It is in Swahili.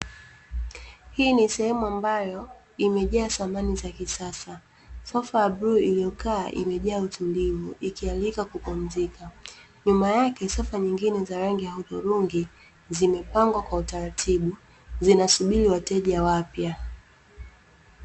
Hii ni sehemu ambayo imejaa samani za kisasa. Sofa ya bluu iliyokaa imejaa utulivu ikialika kupumzika. Nyuma yake sofa nyingine za rangi ya hudhurungi zimepangwa kwa utaraibu, zina subiri wateja wapya.